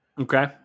okay